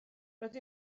rydw